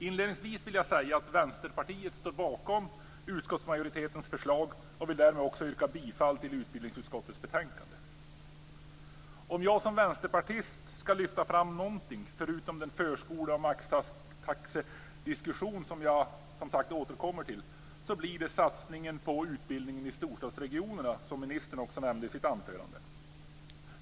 Inledningsvis vill jag säga att Vänsterpartiet står bakom utskottsmajoritetens förslag, och jag vill därmed yrka bifall till hemställan i utbildningsutskottets betänkande. Om jag som vänsterpartist ska lyfta fram någonting, förutom den förskole och maxtaxediskussion som jag som sagt återkommer till, blir det satsningen på utbildningen i storstadsregionerna - som ministern också nämnde i sitt anförande.